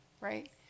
right